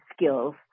skills